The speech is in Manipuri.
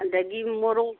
ꯑꯗꯒꯤ ꯃꯣꯔꯣꯛ